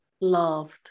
loved